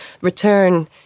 return